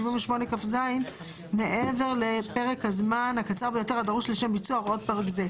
78כז מעבר לפרק הזמן הקצר ביותר הדרוש לשם ביצוע הוראות פרק זה.